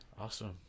Awesome